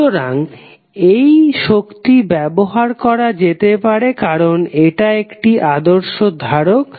সুতরাং এই শক্তি ব্যবহার করা যেতে পারে কারণ এটা একটি আদর্শ ধারক